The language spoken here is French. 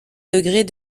degrés